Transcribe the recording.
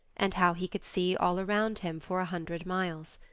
and how he could see all around him for a hundred miles.